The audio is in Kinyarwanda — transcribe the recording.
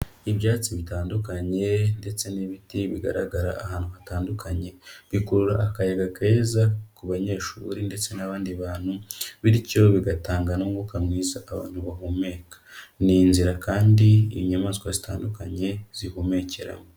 Ibyatsi bitandukanye ndetse n'ibiti bigaragara ahantu hatandukanye. Bikurura akayaga keza ku banyeshuri ndetse n'abandi bantu, bityo bigatanga n'umwuka mwiza abantu bahumeka. Ni inzira kandi inyamaswa zitandukanye zihumekeramo.